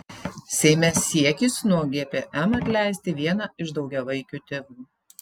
seime siekis nuo gpm atleisti vieną iš daugiavaikių tėvų